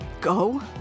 go